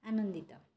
ଆନନ୍ଦିତ